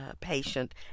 patient